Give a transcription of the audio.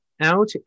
out